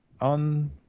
on